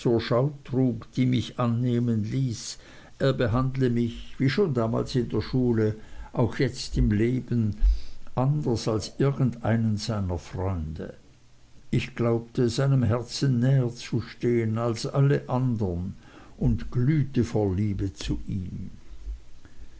die mich annehmen ließ er behandle mich wie schon damals in der schule auch jetzt im leben anders als irgend einen seiner freunde ich glaubte seinem herzen näher zu stehen als alle andern und glühte vor liebe zu ihm